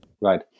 Right